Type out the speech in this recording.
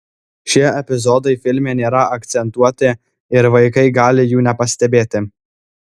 šie epizodai filme nėra akcentuoti ir vaikai gali jų nepastebėti